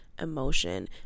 emotion